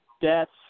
deaths